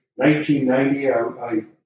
1990